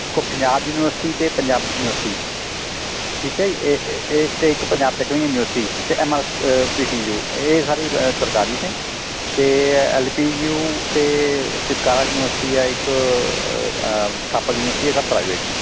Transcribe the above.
ਦੇਖੋ ਪੰਜਾਬ ਯੂਨੀਵਰਸਿਟੀ ਅਤੇ ਪੰਜਾਬੀ ਯੂਨੀਵਰਸਿਟੀ ਠੀਕ ਹੈ ਜੀ ਇਹ ਇਹ ਇਹ ਅਤੇ ਇੱਕ ਪੰਜਾਬ ਟੈਕਨੀਕਲ ਯੂਨੀਵਰਸਿਟੀ ਅਤੇ ਅ ਪੀ ਟੀ ਯੂ ਇਹ ਸਾਰੀ ਸਰਕਾਰੀ ਨੇ ਅਤੇ ਐੱਲ ਪੀ ਯੂ ਅਤੇ ਚਿਤਕਾਰਾ ਯੂਨੀਵਰਸਿਟੀ ਆ ਇੱਕ ਅ ਥਾਪਰ ਯੂਨੀਵਰਸਿਟੀ ਹੈ ਇਹ ਸਭ ਪ੍ਰਾਈਵੇਟ ਨੇ